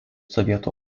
sovietų